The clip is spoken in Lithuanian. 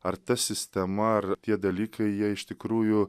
ar ta sistema ar tie dalykai jie iš tikrųjų